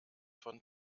von